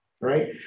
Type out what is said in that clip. right